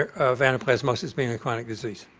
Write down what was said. of anaplasmosis being a chronic disease.